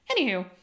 Anywho